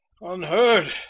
unheard